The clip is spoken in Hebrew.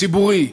ציבורי,